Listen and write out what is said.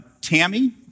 Tammy